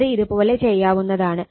അത് ഇത് പോലെ ചെയ്യാവുന്നതാണ്